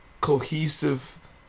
cohesive